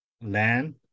land